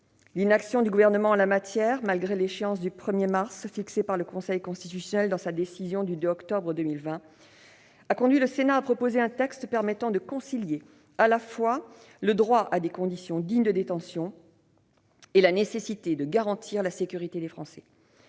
L'inaction du Gouvernement en la matière, malgré l'échéance du 1 mars fixée par le Conseil constitutionnel dans sa décision du 2 octobre 2020, a conduit le Sénat à proposer un texte permettant de concilier à la fois le droit à des conditions dignes de détention et la nécessité de garantir la sécurité des Français.